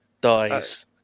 dies